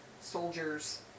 soldiers